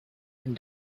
and